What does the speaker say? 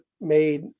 made